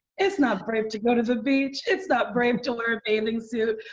it's not brave to go to the beach. it's not brave to wear a bathing suit,